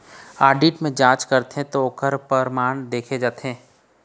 audit म जांच करथे त ओखर परमान देखे जाथे